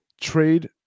Trade